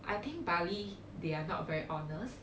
I think bali they are not very honest